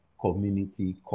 community